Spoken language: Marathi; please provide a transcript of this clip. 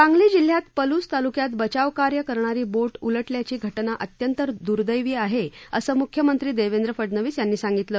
सांगली जिल्ह्यात पलूस तालुक्यात बचावकार्य करणारी बोट उलटल्याची घटना अत्यंत दुदैवी आहे असं मुख्यमंत्री देवेंद्र फडणवीस यांनी सांगितलं